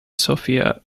sophia